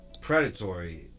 predatory